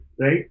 right